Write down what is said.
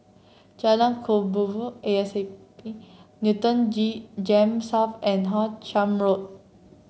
Jalan Kelabu Asap Newton G Gems South and How Charn Road